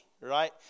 right